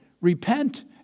repent